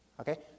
Okay